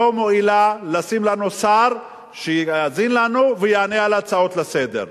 לא מואילה לשים לנו שר שיאזין לנו ויענה על הצעות לסדר-היום.